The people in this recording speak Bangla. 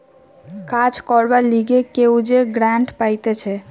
কাজ করবার লিগে কেউ যে গ্রান্ট পাইতেছে